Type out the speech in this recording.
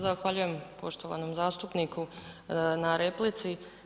Zahvaljujem poštovanom zastupniku na replici.